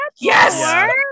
Yes